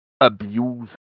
abuse